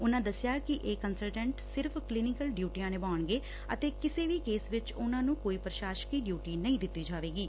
ਉਨਾਂ ਦਸਿਆ ਕਿ ਇਹ ਕੰਸਲਟੈਂਟ ਸਿਰਫ਼ ਕਲੀਨਿਕਲ ਡਿਊਟੀਆਂ ਨਿਭਾਉਣਗੇ ਅਤੇ ਕਿਸੇ ਵੀ ਕੇਸ ਵਿਚ ਉਨੂਾਂ ਨੂੰ ਕੋਈ ਪ੍ਸ਼ਾਸਕੀ ਡਿਉਟੀ ਨਹੀਂ ਦਿੱਤੀ ਜਾਵੇਗੀ